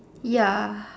ya